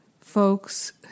folks